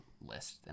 list